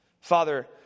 Father